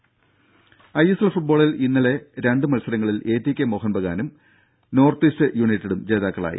ദേഴ ഐഎസ്എൽ ഫുട്ബോളിൽ ഇന്നലെ നടന്ന രണ്ട് മത്സരങ്ങളിൽ എടികെ മോഹൻബഗാനും നോർത്ത് ഈസ്റ്റ് യുണൈറ്റഡും ജേതാക്കളായി